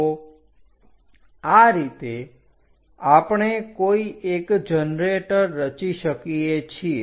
તો આ રીતે આપણે કોઈ એક જનરેટર રચી શકીએ છીએ